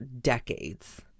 decades